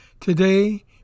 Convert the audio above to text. Today